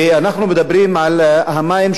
אנחנו מדברים על מים,